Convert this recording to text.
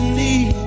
need